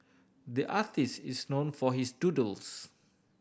the artist is known for his doodles